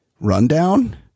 rundown